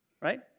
Right